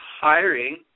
hiring